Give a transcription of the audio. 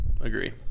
Agree